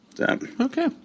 okay